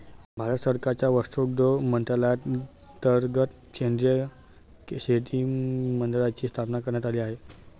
भारत सरकारच्या वस्त्रोद्योग मंत्रालयांतर्गत केंद्रीय रेशीम मंडळाची स्थापना करण्यात आली आहे